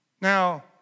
Now